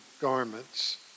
garments